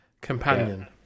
companion